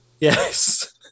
Yes